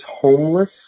homeless